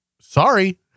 sorry